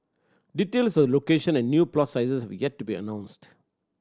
details of location and new plot sizes have yet to be announced